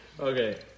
Okay